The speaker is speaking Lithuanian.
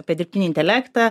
apie dirbtinį intelektą